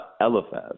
Eliphaz